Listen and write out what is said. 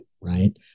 right